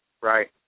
Right